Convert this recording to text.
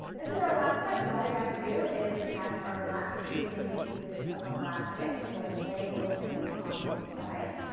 this is our last step and all we have to do is attach our last two remaining pieces of elastic for the leg openings on both sides.